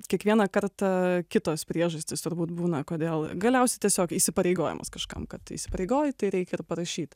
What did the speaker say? kiekvieną kartą kitos priežastys turbūt būna kodėl galiausiai tiesiog įsipareigojimas kažkam kad įsipareigoji tai reikia ir parašyt